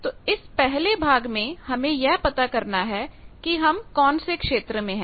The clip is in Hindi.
तो इस पहले भाग में हमें यह पता करना है कि हम कौन से क्षेत्र में हैं